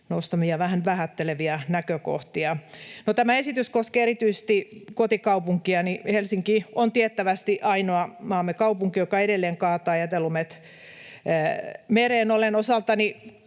nostamia vähän vähätteleviä näkökohtia. No, tämä esitys koskee erityisesti kotikaupunkiani. Helsinki on tiettävästi ainoa maamme kaupunki, joka edelleen kaataa jätelumet mereen. Olen osaltani